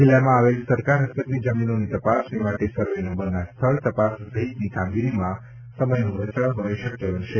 જિલ્લામાં આવેલી સરકાર હસ્તકની જમીનોની તપાસણી માટે સરવે નંબરના સ્થળ તપાસ સહિતની કામગીરીમાં સમયનો બચાવ હવે શક્ય બનશે